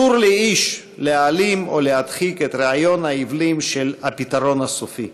אסור לאיש להעלים או להדחיק את רעיון העוועים של "הפתרון הסופי".